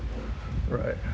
right